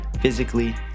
physically